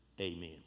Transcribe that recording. Amen